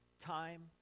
time